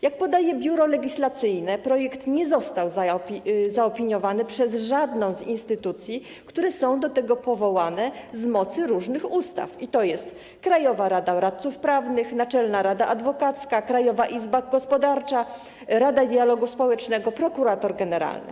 Jak podaje Biuro Legislacyjne, projekt nie został zaopiniowany przez żadną z instytucji, które są do tego powołane na mocy różnych ustaw, tj. Krajową Radę Radców Prawnych, Naczelną Radę Adwokacką, Krajową Izbę Gospodarczą, Radę Dialogu Społecznego, prokuratora generalnego.